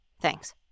Thanks